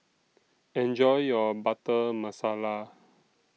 Enjoy your Butter Masala